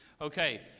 Okay